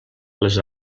les